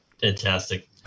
fantastic